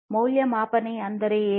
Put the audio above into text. ಮೌಲ್ಯ ಪ್ರತಿಪಾದನೆ ಏನು